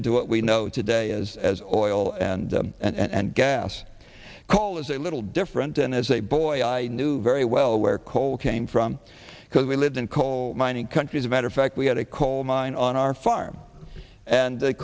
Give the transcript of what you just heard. into what we know today as as oil and gas coal is a little different and as a boy i knew very well where coal came from because we lived in coal mining country as a matter of fact we had a coal mine on our farm and the